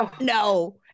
No